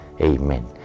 Amen